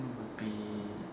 would be